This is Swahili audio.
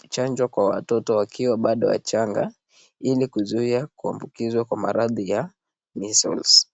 huchanjwa kwa watoto wakiwa wachanga ili kuzuia kuambukizwa kwa maradhi ya [meeasles]